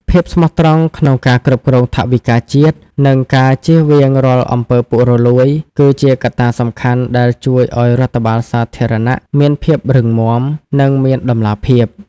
ភាពស្មោះត្រង់ក្នុងការគ្រប់គ្រងថវិកាជាតិ និងការចៀសវាងរាល់អំពើពុករលួយ គឺជាកត្តាសំខាន់ដែលជួយឱ្យរដ្ឋបាលសាធារណៈមានភាពរឹងមាំ និងមានតម្លាភាព។